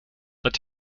laat